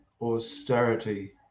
austerity